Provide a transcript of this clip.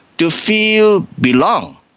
to feel belong.